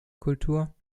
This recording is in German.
kultur